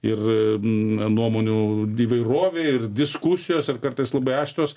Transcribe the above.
ir nuomonių įvairovė ir diskusijos ir kartais labai aštrios